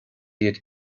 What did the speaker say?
iad